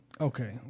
Okay